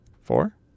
four